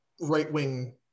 right-wing